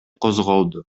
козголду